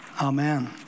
Amen